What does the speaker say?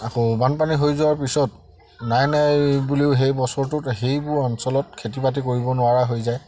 আকৌ বানপানী হৈ যোৱাৰ পিছত নাই নাই বুলিও সেই বছৰটোত সেইবোৰ অঞ্চলত খেতি বাতি কৰিব নোৱাৰা হৈ যায়